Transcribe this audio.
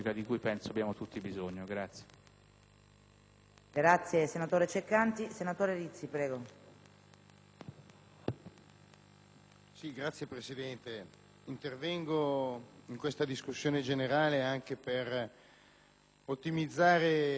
Signora Presidente, intervengo in discussione generale anche per ottimizzare al massimo i tempi di lavoro di quest'Assemblea, dedicando questo tempo, che verrà risparmiato successivamente, all'illustrazione